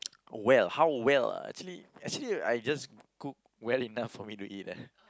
well how well ah actually actually I just cook well enough for me to eat leh